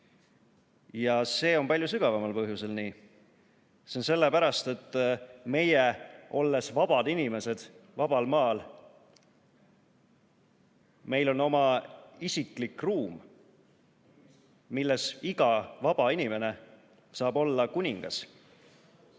See on palju sügavamal põhjusel nii. See on sellepärast, et meil, kes me oleme vabad inimesed vabal maal, on oma isiklik ruum, milles iga vaba inimene saab olla kuningas.